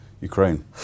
Ukraine